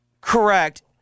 Correct